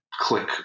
click